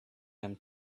him